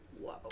Whoa